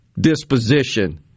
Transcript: disposition